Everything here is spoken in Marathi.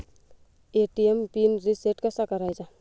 ए.टी.एम पिन रिसेट कसा करायचा?